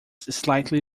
slightly